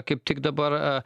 kaip tik dabar